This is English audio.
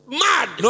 mad